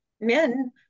men